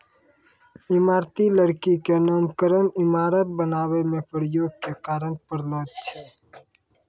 इमारती लकड़ी क नामकरन इमारत बनावै म प्रयोग के कारन परलो छै